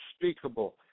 unspeakable